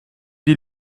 die